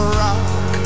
rock